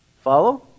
Follow